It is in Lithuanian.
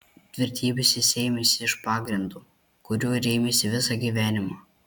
tvirtybės jis sėmėsi iš pagrindo kuriuo rėmėsi visą gyvenimą